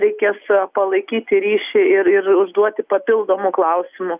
reikės palaikyti ryšį ir ir užduoti papildomų klausimų